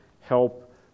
help